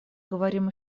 говорим